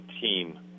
team